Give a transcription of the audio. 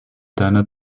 deiner